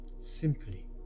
simply